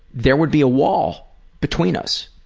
there would be a wall between us,